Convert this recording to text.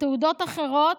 בתעודות אחרות,